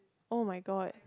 oh-my-god